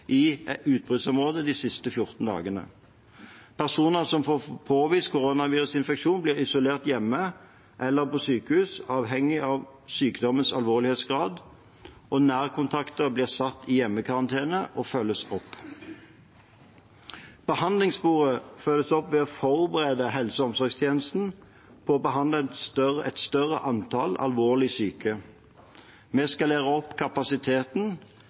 i utbruddsområdene de siste 14 dagene. Personer som får påvist koronavirusinfeksjon, blir isolert hjemme eller på sykehus, avhengig av sykdommens alvorlighetsgrad, og nærkontakter blir satt i hjemmekarantene og følges opp. Behandlingssporet følges opp ved å forberede helse- og omsorgstjenesten på å behandle et større antall alvorlig syke. Vi skalerer opp kapasiteten,